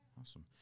Awesome